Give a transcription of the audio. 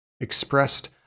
expressed